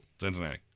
Cincinnati